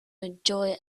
enjoy